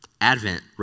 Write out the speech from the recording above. Advent